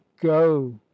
go